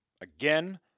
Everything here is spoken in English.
again